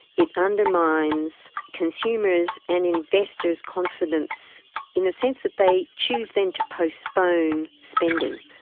it undermines consumers' and investors' confidence in the sense that they choose then to postpone spending.